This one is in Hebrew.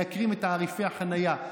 מייקרים את תעריפי החנייה,